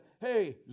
hey